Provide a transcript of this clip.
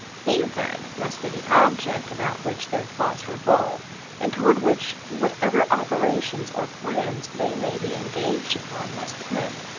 he, then, must be the object about which their thoughts revolve and toward which whatever operations or plans they may be engaged upon must tend.